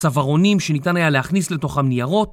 צווארונים שניתן היה להכניס לתוכם ניירות